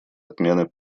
отмены